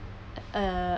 uh